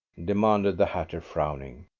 demanded the hatter frowning.